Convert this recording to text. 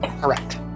Correct